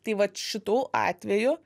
tai vat šitu atveju